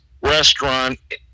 restaurant